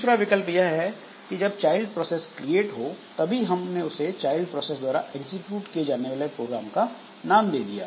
दूसरा विकल्प यह है कि जब चाइल्ड प्रोसेस क्रिएट हो तभी हमने उस चाइल्ड प्रोसेस द्वारा एग्जीक्यूट किए जाने वाले प्रोग्राम का नाम ले लिया